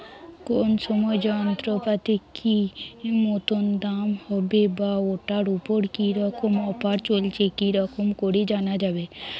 কোন সময় যন্ত্রপাতির কি মতন দাম হবে বা ঐটার উপর কি রকম অফার চলছে কি রকম করি জানা যাবে?